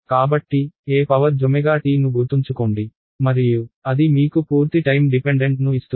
కాబట్టి e jt ను గుర్తుంచుకోండి మరియు అది మీకు పూర్తి టైమ్ డిపెండెంట్ ను ఇస్తుంది